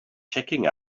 checking